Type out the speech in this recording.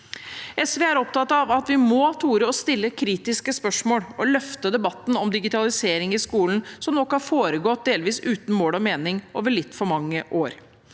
SV er opptatt av at vi må tore å stille kritiske spørsmål og løfte debatten om digitalisering i skolen, som nok har foregått delvis uten mål og mening over litt for mange år.